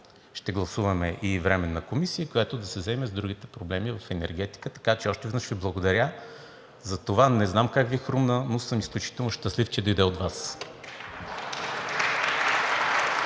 ще гласуваме и Временна комисия, която да се заеме с другите проблеми в енергетиката. Така че още веднъж Ви благодаря за това. Не знам как Ви хрумна, но съм изключително щастлив, че дойде от Вас.